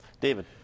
David